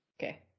Okay